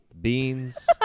beans